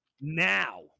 Now